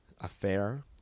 Affair